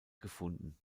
gefunden